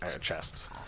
chest